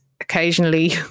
occasionally